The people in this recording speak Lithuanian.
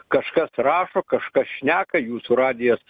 kažkas rašo kažkas šneka jūsų radijas